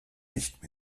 nicht